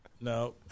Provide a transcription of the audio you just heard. no